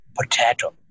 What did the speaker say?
potato